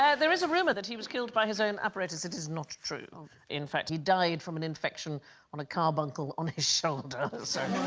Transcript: ah there is a rumor that he was killed by his own apparatus it is not true in fact, he died from an infection on a carbuncle on his shoulder